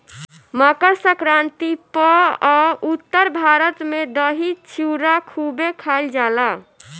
मकरसंक्रांति पअ उत्तर भारत में दही चूड़ा खूबे खईल जाला